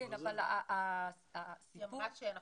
הסיפור הוא